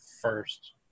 first